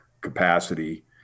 capacity